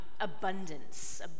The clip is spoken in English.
abundance